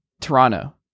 Toronto